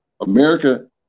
America